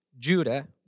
Judah